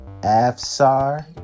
Afsar